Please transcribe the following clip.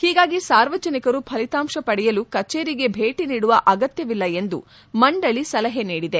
ಹೀಗಾಗಿ ಸಾರ್ವಜನಿಕರು ಫಲಿತಾಂಶ ಪಡೆಯಲು ಕಚೇರಿಗೆ ಭೇಟ ನೀಡುವ ಅಗತ್ಲವಿಲ್ಲ ಎಂದು ಮಂಡಳಿ ಸಲಹೆ ನೀಡಿದೆ